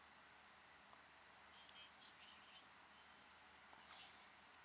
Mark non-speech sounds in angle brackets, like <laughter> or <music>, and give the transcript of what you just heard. <breath>